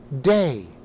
Day